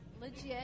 Legit